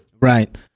right